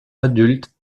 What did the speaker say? adulte